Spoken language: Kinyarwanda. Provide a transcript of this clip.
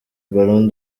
ballon